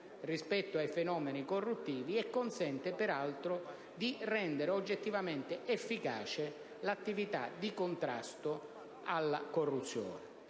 rispetto ai fenomeni corruttivi, consentendo, peraltro, di rendere oggettivamente efficace l'attività di contrasto alla corruzione.